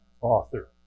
author